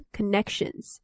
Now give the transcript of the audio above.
Connections